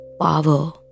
Power